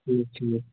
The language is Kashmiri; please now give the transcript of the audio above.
ٹھیٖک ٹھیٖک